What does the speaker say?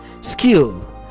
skill